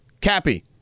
Cappy